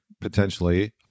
potentially